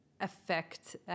affect